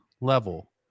level